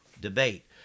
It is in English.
debate